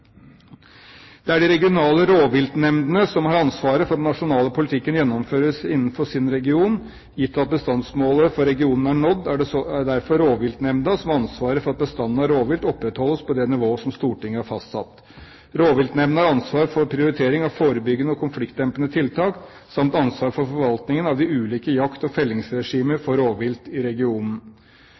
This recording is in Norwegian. Det er de regionale rovviltnemndene som har ansvaret for at den nasjonale politikken gjennomføres innenfor sin region. Gitt at bestandsmålet for regionen er nådd, er det derfor rovviltnemnda som har ansvaret for at bestandene av rovvilt opprettholdes på det nivået som Stortinget har fastsatt. Rovviltnemndene har ansvar for prioritering av forebyggende og konfliktdempende tiltak samt ansvar for forvaltningen av de ulike jakt- og fellingsregimer for rovvilt i regionen.